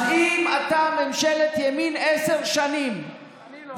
אז אם אתה בממשלת ימין עשר שנים, אני לא.